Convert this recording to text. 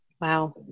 Wow